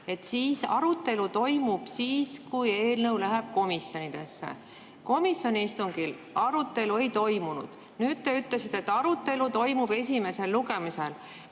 et arutelu toimub siis, kui eelnõu läheb komisjonidesse. Komisjoni istungil arutelu ei toimunud. Nüüd te ütlesite, et arutelu toimub esimesel lugemisel.